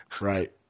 Right